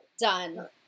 Done